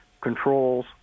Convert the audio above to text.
controls